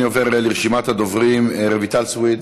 אני עובר לרשימת הדוברים: רויטל סויד,